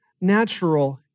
natural